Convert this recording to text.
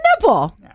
nipple